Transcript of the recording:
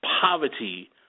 poverty